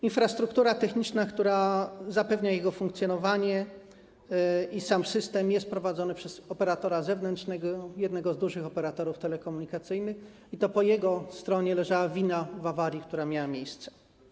Infrastruktura techniczna, która zapewnia jego funkcjonowanie, i sam system są prowadzone przez operatora zewnętrznego, jednego z dużych operatorów telekomunikacyjnych, i to po jego stronie leżała wina w odniesieniu do awarii, która miała miejsce.